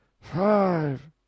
Five